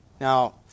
Now